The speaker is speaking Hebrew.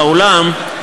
באולם,